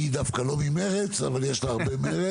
היא דווקא לא ממרצ, אבל יש לה הרבה מרץ.